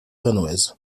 renwez